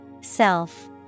Self